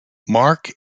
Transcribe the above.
mark